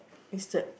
each step